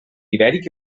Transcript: ibèric